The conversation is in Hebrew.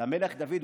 למלך דוד,